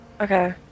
Okay